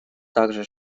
также